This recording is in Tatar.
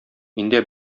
миндә